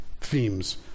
themes